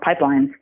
pipelines